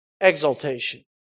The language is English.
exaltation